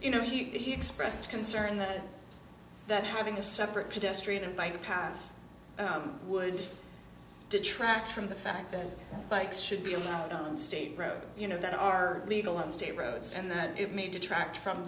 you know he expressed concern that that having a separate pedestrian and bike path would detract from the fact that bikes should be allowed on state road you know that are legal and state roads and that it may detract from